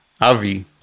Avi